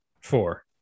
Four